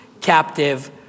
captive